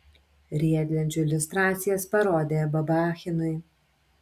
riedlenčių iliustracijas parodė babachinui